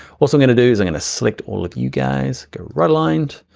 also gonna do, is i'm gonna select all of you guys, go right-aligned.